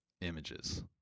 Images